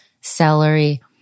celery